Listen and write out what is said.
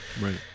Right